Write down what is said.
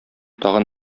тагын